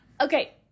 Okay